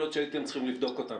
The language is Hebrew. יכול להיות שהייתם צריכים לבדוק אותם.